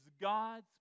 God's